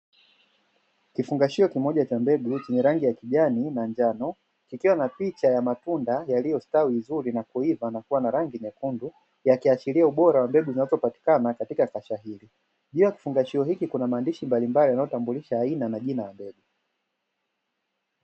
Kifungashio kimoja cha mbegu chenye rangi ya kijani na njano, kikiwa na picha ya matunda yaliyostawi vizuri na kuiva na kuwa na rangi nyekundu, yakiashiria ubora wa mbegu zinazopatikana katika kasha hili. Juu ya kifungashio hiki kuna maandishi mbalimbli yanayotambulisha aina na jina la mbegu.